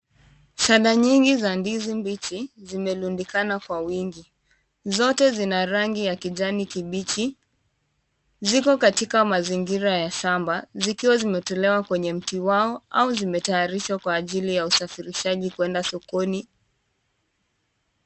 Shada nyingi za ndizi mbichi zimelundikana kwa wingi. Zote zina rangi ya kijani kibichi. Ziko katika mazingira ya shamba zikiwa zimetolewa kwenye mti wao au zimetayarishwa kwa ajili ya usafirishaji kwenda sokoni.